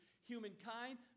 humankind